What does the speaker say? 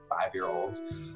five-year-olds